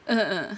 uh uh uh